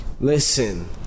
Listen